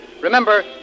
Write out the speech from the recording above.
Remember